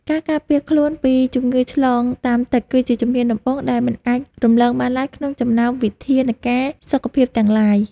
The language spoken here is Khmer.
ការការពារខ្លួនពីជំងឺឆ្លងតាមទឹកគឺជាជំហានដំបូងដែលមិនអាចរំលងបានឡើយក្នុងចំណោមវិធានការសុខភាពទាំងឡាយ។